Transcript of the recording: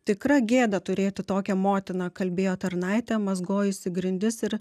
tikra gėda turėti tokią motiną kalbėjo tarnaitė mazgojusi grindis ir